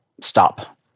stop